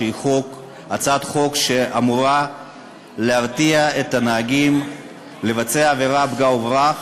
שהיא הצעת חוק שאמורה להרתיע את הנהגים מלבצע עבירות פגע-וברח